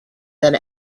than